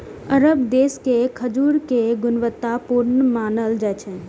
अरब देश के खजूर कें गुणवत्ता पूर्ण मानल जाइ छै